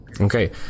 okay